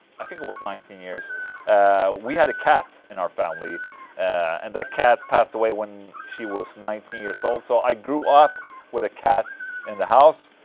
i think it was nineteen years we had a cat in our family and that cat passed away when she was nineteen years old so i grew up with a cat in the house.